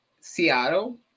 Seattle